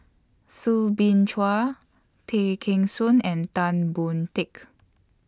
Soo Bin Chua Tay Kheng Soon and Tan Boon Teik